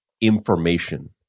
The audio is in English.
information